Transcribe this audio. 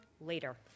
Later